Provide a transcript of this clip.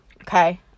okay